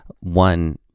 One